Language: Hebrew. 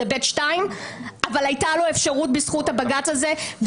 הוא נכנס באשרה ב/2 אבל היית לו אפשרות בזכות הבג"ץ הזה,